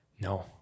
No